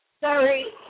Sorry